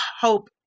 hope